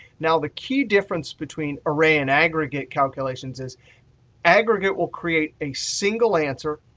now, the key difference between array and aggregate calculations is aggregate will create a single answer,